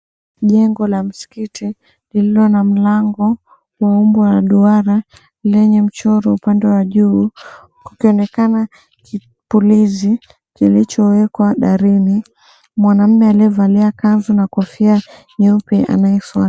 Jengo la msikiti lililo na mlango wa umbo wa duara lenye mchoro upande wa juu kukionekana kipulizi kilichowekwa darini. Mwanaume aliyevalia kanzu na kofia pia nyeupe anaswali.